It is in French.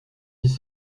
dix